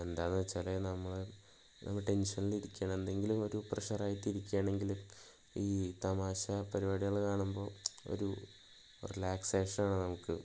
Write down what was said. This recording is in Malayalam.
എന്താണെന്ന് വെച്ചാല് നമ്മള് നമ്മള് ടെൻഷനിൽ ഇരിക്കുകയാണ് എന്തെങ്കിലും ഒരു പ്രഷർ ആയിട്ട് ഇരിക്കുകയാണെങ്കില് ഈ തമാശ പരിപാടികള് കാണുമ്പോൾ ഒരു ഒരു റിലാക്സേഷനാണ് നമുക്ക്